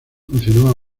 funcionó